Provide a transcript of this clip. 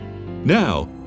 Now